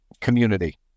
community